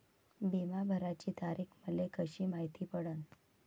बिमा भराची तारीख मले कशी मायती पडन?